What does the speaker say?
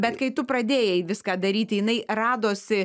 bet kai tu pradėjai viską daryti jinai radosi